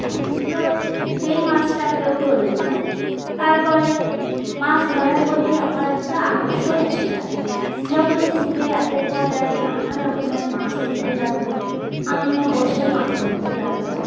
তো সেই মাছটাকেও ধরে নিলাম তারপরে মাছ ধরার প্রতি আমার একটা আকর্ষণ এসে গেলো যখনই ছিপে একের পর এক নানা রকমের মাছ উঠতে লাগলো আমিও বসে মাছ ধরতে লাগলাম